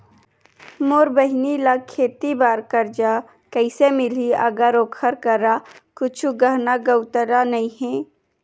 मोर बहिनी ला खेती बार कर्जा कइसे मिलहि, अगर ओकर करा कुछु गहना गउतरा नइ हे?